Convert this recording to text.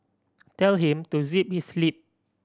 tell him to zip his lip